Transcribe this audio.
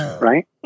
right